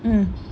mmhmm